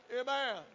Amen